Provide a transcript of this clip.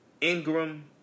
Ingram